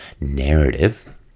narrative